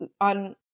on